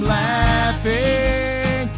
laughing